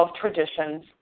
traditions